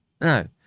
No